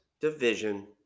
division